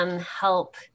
help